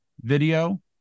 video